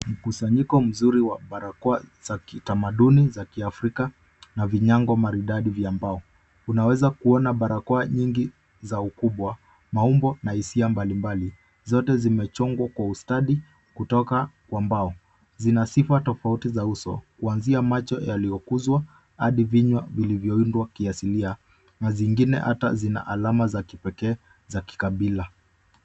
Mkusanyiko mzuri wa barakoa za kitamaduni za kiafrika na vinyango maridadi vya mbao. Unaweza kuona barakoa nyingi za ukubwa, maumbo na hisia mbalimbali zote zimechongwa kwa ustadi kutoka kwa mbao. Zina sifa tofauti za uso kuanzia macho yaliyokuzwa hadi vinywa vilivyoundwa kiasilia na zingine hata zina alama za kipekee za kikabila.